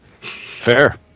Fair